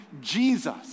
Jesus